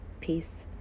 Peace